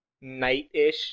night-ish